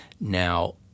Now